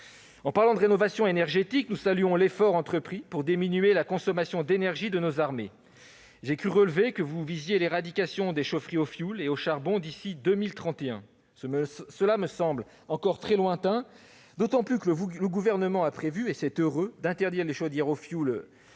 En parlant de rénovation énergétique, nous saluons l'effort entrepris pour diminuer la consommation d'énergie de nos armées. J'ai cru relever que vous visiez l'éradication des chaudières au fioul et au charbon d'ici à 2031. Cette échéance me semble encore très lointaine, sachant que le Gouvernement a prévu, et c'est heureux, d'interdire les chaudières au fioul neuves